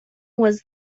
was